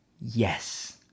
yes